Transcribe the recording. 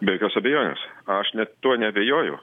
be jokios abejonės aš net tuo neabejoju